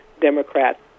Democrats